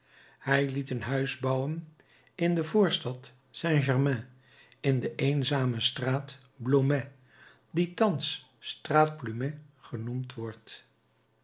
hij liet een huis bouwen in de voorstad saint germain in de eenzame straat blomet die thans straat plumet genoemd wordt